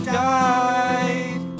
died